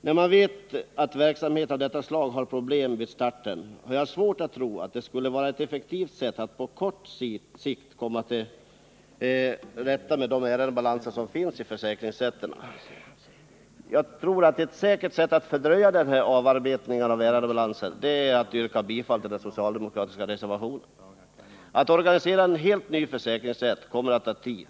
När man vet att en verksamhet av detta slag har problem vid starten har jag svårt att tro att detta skulle vara ett effektivt sätt att på kort sikt komma till rätta med de ärendebalanser som finns i försäkringsrätterna. Ett säkert sätt att fördröja avarbetningen av ärendebalanserna vid våra försäkringsrätter är därför att rösta på den socialdemokratiska reservatio nen. Att organisera en ny försäkringsrätt kommer att ta tid.